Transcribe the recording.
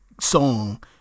song